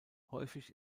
häufig